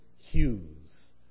Hughes